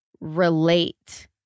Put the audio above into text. relate